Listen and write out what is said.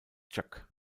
chuck